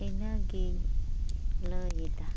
ᱤᱱᱟᱹᱜᱮᱧ ᱞᱟᱹᱭᱮᱫᱟ